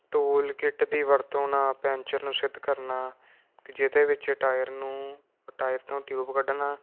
tool kit ਦੀ ਵਰਤੋਂ ਨਾਲ ਪੈਂਚਰ ਨੂੰ ਸਿੱਧ ਕਰਨਾ ਜਿਹਦੇ ਵਿੱਚ ਟਾਇਰ ਨੂੰ ਟਾਇਰ ਤੋਂ ਟਿਊਬ ਕੱਢਣਾ